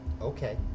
Okay